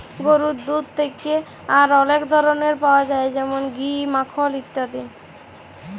গরুর দুহুদ থ্যাকে আর অলেক ধরলের পাউয়া যায় যেমল ঘি, মাখল ইত্যাদি